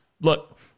look